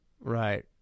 Right